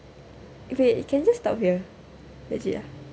wait you can just stop here legit ah